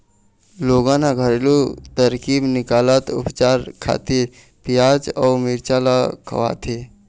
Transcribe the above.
लोगन ह घरेलू तरकीब निकालत उपचार खातिर पियाज अउ मिरचा ल खवाथे